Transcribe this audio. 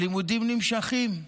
הלימודים נמשכים.